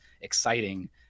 exciting